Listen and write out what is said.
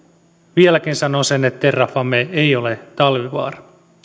vieläkin sanon sen että terrafame ei ole talvivaara